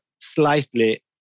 slightly